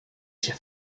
się